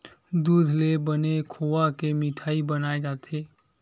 दूद ले बने खोवा के मिठई बनाए जाथे